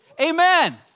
Amen